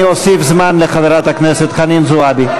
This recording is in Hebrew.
אני אוסיף זמן לחברת הכנסת חנין זועבי.